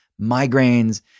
migraines